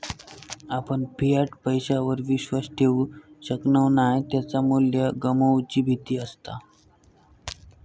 आपण फियाट पैशावर विश्वास ठेवु शकणव नाय त्याचा मू्ल्य गमवुची भीती असता